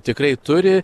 tikrai turi